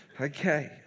Okay